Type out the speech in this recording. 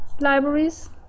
libraries